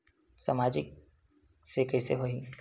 सामाजिक से कइसे होही?